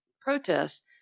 protests